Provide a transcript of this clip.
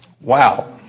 Wow